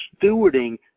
stewarding